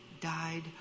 died